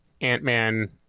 Ant-Man